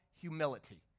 humility